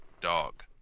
dog